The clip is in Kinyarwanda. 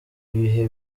ibihe